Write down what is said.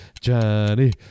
Johnny